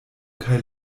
kaj